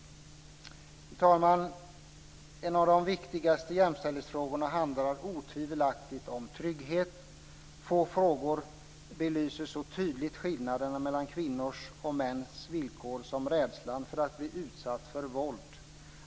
Fru talman! En av de viktigaste jämställdhetsfrågorna handlar otvivelaktigt om trygghet. Få frågor belyser så tydligt skillnaden mellan kvinnors och mäns villkor som rädslan för att bli utsatt för våld.